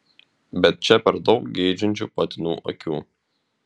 bet čia per daug geidžiančių patinų akių